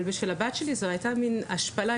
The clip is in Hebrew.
אבל בשביל הבת שלי זו הייתה מן השפלה.